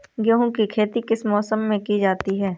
गेहूँ की खेती किस मौसम में की जाती है?